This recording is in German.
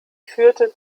führte